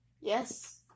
Yes